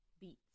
Beats